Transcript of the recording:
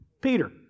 Peter